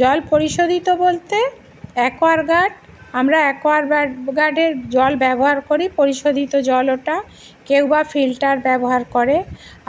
জল পরিশোধিত বলতে অ্যাকোয়ারগার্ড আমরা অ্যাকোয়ারগার্ড গার্ডের জল ব্যবহার করি পরিশোধিত জল ওটা কেউবা ফিল্টার ব্যবহার করে